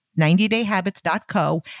90dayhabits.co